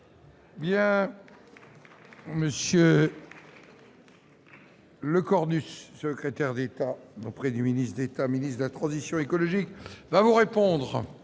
Monsieur. Le corps du secrétaire d'État auprès du ministre d'État, ministre de la transition écologique va vous répondre.